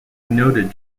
noted